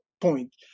point